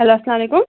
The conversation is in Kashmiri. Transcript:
ہٮ۪لو اَسَلامُ علیکُم